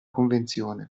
convenzione